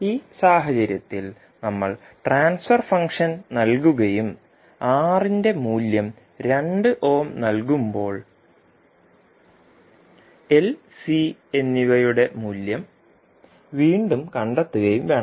ഈ സാഹചര്യത്തിൽ നമ്മൾ ട്രാൻസ്ഫർ ഫംഗ്ഷൻ നൽകുകയും R ന്റെ മൂല്യം 2 ഓം നൽകുമ്പോൾ L C എന്നിവയുടെ മൂല്യം വീണ്ടും കണ്ടെത്തുകയും വേണം